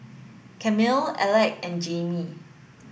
Camille Alec and Jaimie